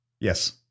Yes